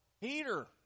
Peter